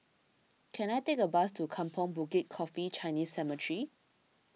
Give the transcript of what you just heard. can I take a bus to Kampong Bukit Coffee Chinese Cemetery